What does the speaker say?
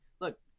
look